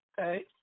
Okay